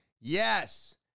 Yes